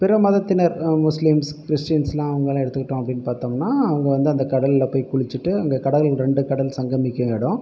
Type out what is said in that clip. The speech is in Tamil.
பிற மதத்தினர் முஸ்லிம்ஸ் கிறிஸ்டின்ஸ் அவர்கள எடுத்துகிட்டோம் அப்படினு பார்த்தோம்னா அவங்க வந்து அந்த கடலில் போய் குளிச்சுட்டு அங்கே கடல் ரெண்டு கடல் சங்கமிக்கும் இடம்